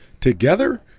together